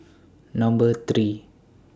Number three